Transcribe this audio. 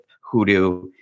hoodoo